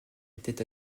était